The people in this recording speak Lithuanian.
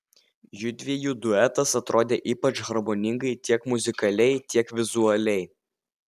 judviejų duetas atrodė ypač harmoningai tiek muzikaliai tiek vizualiai